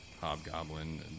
hobgoblin